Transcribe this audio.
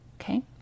Okay